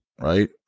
right